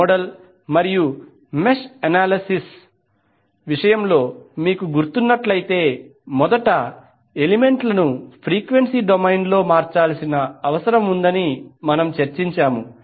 nodal మరియు mesh analysis విషయంలో మీకు గుర్తు ఉన్నట్లయితే మొదట ఎలిమెంట్లను ఫ్రీక్వెన్సీ డొమైన్లో మార్చాల్సిన అవసరం ఉందని మనము చర్చించాము